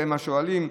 והם השואלים,